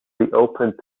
reopened